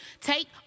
take